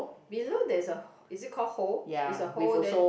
below there's a is it called hole is a hole then